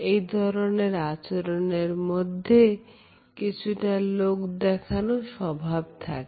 এই ধরনের আচরণের মধ্যে কিছুটা লোকদেখানো স্বভাব থাকে